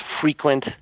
frequent